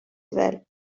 well